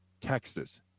Texas